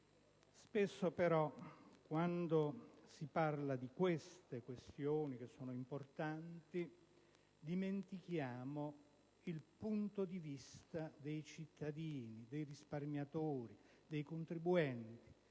Spesso però quando si parla di tali questioni, che sono importanti, dimentichiamo il punto di vista dei cittadini, dei risparmiatori, dei contribuenti,